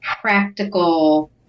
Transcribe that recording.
practical